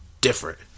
different